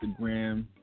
Instagram